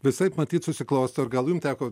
visaip matyt susiklosto ir gal jum teko